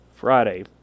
Friday